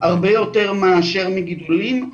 הרבה יותר מאשר מגידולים,